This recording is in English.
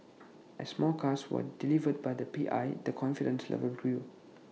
as more cars were delivered by the P I the confidence level grew